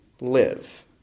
live